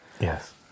yes